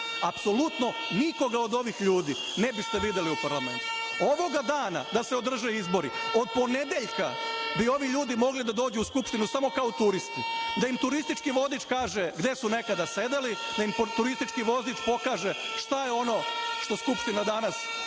Apsolutno nikoga od ovih ljudi ne biste videli u parlamentu. Ovoga dana da se održe izbori, od ponedeljka bi ovi ljudi mogli da dođu u Skupštinu samo kao turisti, da im turistički vodič kaže gde su nekada sedeli, da im turistički vodič pokaže šta je ono što Skupština danas ima